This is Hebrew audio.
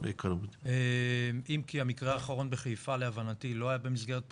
אם כי המקרה האחרון בחיפה להבנתי לא היה במסגרת פרטית,